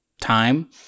time